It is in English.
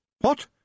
What